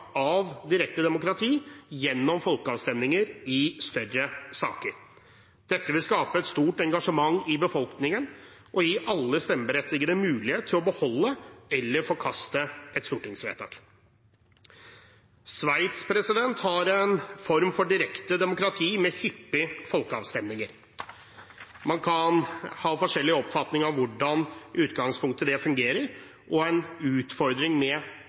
av direkte demokrati gjennom folkeavstemninger i større saker. Dette vil skape et stort engasjement i befolkningen og gi alle stemmeberettigede mulighet til å beholde eller forkaste et stortingsvedtak. Sveits har en form for direkte demokrati med hyppige folkeavstemninger. Man kan ha forskjellig oppfatning av hvordan det i utgangspunktet fungerer, og en utfordring med